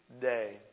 day